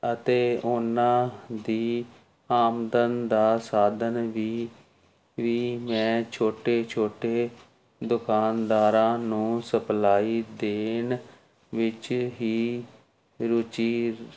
ਅਤੇ ਉਹਨਾਂ ਦੀ ਆਮਦਨ ਦਾ ਸਾਧਨ ਵੀ ਵੀ ਮੈਂ ਛੋਟੇ ਛੋਟੇ ਦੁਕਾਨਦਾਰਾਂ ਨੂੰ ਸਪਲਾਈ ਦੇਣ ਵਿੱਚ ਹੀ ਰੁਚੀ